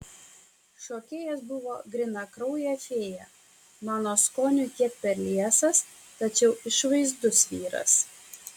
šokėjas buvo grynakraujė fėja mano skoniui kiek per liesas tačiau išvaizdus vyras